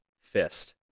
fist